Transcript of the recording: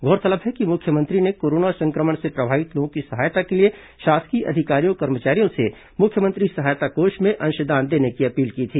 गौरतलब है कि मुख्यमंत्री ने कोरोना संक्रमण से प्रभावित लोगों की सहायता के लिए शासकीय अधिकारियों कर्मचारियों से मुख्यमंत्री सहायता कोष में अंशदान देने की अपील की थी